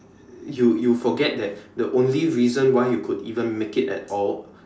you you forget that the only reason why you could even make it at all